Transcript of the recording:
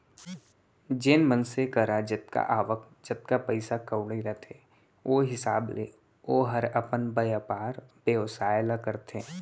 जेन मनसे करा जतका आवक, जतका पइसा कउड़ी रथे ओ हिसाब ले ओहर अपन बयपार बेवसाय ल करथे